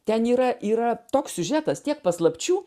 ten yra yra toks siužetas tiek paslapčių